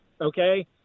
Okay